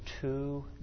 two